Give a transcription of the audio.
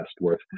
worth